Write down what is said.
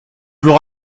veux